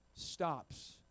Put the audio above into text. stops